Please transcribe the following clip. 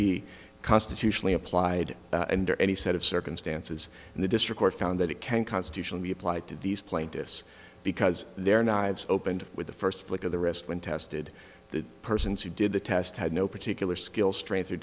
be constitutionally applied and any set of circumstances and the district court found that it can constitutionally be applied to these plaintiffs because they're not opened with the first flick of the wrist when tested the persons who did the test had no particular skill strength or